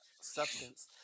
substance